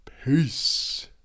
peace